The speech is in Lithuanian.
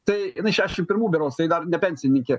tai jinai šešiasdešim pirmų berods tai dar ne pensininkė